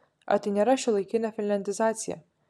ar tai nėra šiuolaikinė finliandizacija